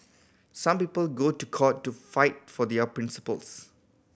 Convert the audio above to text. some people go to court to fight for their principles